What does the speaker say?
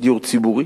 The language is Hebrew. דיור ציבורי,